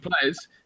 players